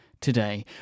today